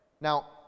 Now